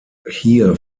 hier